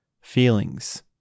feelings